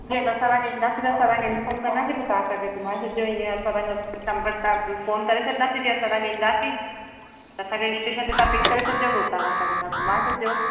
जी असां त ईंदासीं त असां तव्हां खे इंफॉर्म कंदासीं पोइ तव्हां असां खे घुमाए छॾिजो इअं असां पंहिंजो नंबर तां फोन करे छॾंदासीं जीअं असां तां ॾींदासीं त असांखे स्टेशन तां असां खे पिक करे छॾिजो पोइ उतां खां असांखे तव्हां घुमाए छॾिजो